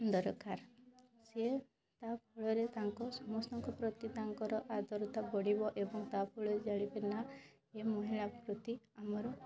ଦରକାର ସିଏ ତା' ଫଳରେ ତାଙ୍କ ସମସ୍ତଙ୍କ ପ୍ରତି ତାଙ୍କର ଆଦରତା ବଢ଼ିବ ଏବଂ ତା' ଫଳରେ ଜାଣିବେ ନା ଏ ମହିଳା ପ୍ରତି ଆମର